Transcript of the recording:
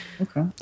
Okay